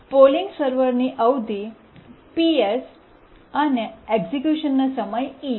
polling સર્વરની અવધિ Ps અને એક્ઝેક્યુશનનો સમય es